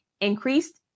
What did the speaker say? Increased